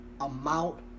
amount